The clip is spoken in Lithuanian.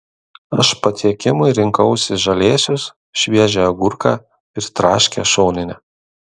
aš patiekimui rinkausi žalėsius šviežią agurką ir traškią šoninę